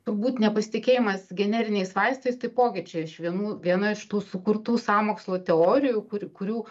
turbūt nepasitikėjimas generiniais vaistais taipogi čia iš vienų viena iš tų sukurtų sąmokslo teorijų kur kurių